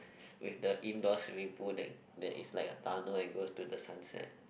with the indoor swimming pool that that is like a tunnel and goes to the sunset